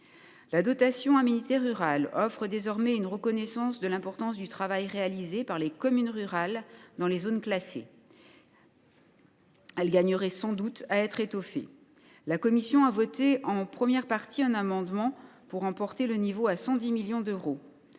territoriales. La DSCAR offre désormais une reconnaissance de l’importance du travail réalisé par les communes rurales dans les zones classées. Elle gagnerait sans doute à être étoffée, et la commission a voté en première partie un amendement pour en porter le niveau à 110 millions d’euros.